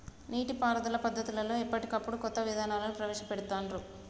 నీటి పారుదల పద్దతులలో ఎప్పటికప్పుడు కొత్త విధానాలను ప్రవేశ పెడుతాన్రు